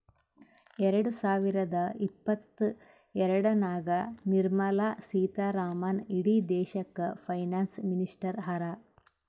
ಎರಡ ಸಾವಿರದ ಇಪ್ಪತ್ತಎರಡನಾಗ್ ನಿರ್ಮಲಾ ಸೀತಾರಾಮನ್ ಇಡೀ ದೇಶಕ್ಕ ಫೈನಾನ್ಸ್ ಮಿನಿಸ್ಟರ್ ಹರಾ